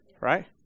right